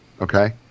okay